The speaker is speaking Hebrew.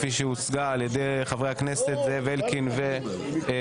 כפי שהוצגה על ידי חברי הכנסת זאב אלקין ומיכאל